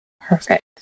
Perfect